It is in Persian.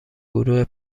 گروه